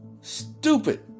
Stupid